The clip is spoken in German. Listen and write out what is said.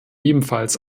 ebenfalls